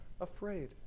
afraid